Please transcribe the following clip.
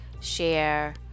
share